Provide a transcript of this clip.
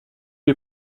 est